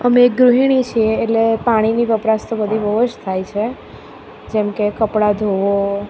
અમે એક ગૃહિણી છે એટલે પાણીની વપરાશ તો બધી બહુ જ થાય છે જેમ કે કપડાં ધોવો